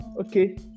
okay